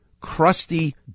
crusty